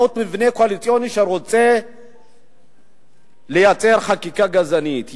שבאמצעות מבנה קואליציוני רוצה לייצר חקיקה גזענית.